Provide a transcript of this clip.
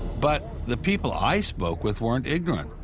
but the people i spoke with weren't ignorant.